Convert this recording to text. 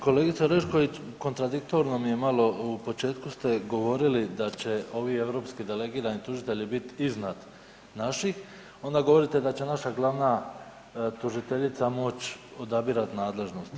Kolegice Orešković, kontradiktorno mi je malo, u početku ste govorili da će ovi europski delegirani tužitelji bit iznad naših, onda govorite da će naša glavna tužiteljica moć odabirat nadležnost.